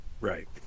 Right